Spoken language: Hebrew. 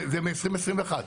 זה מ-2021.